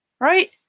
Right